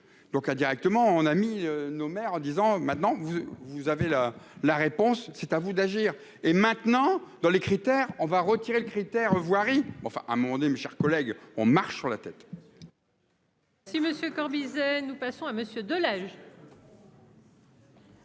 donc, indirectement, on a mis nos mères en disant maintenant vous vous avez la la réponse : c'est à vous d'agir et maintenant dans les critères, on va retirer le critère voirie, enfin à mon mes chers collègues, on marche sur la tête.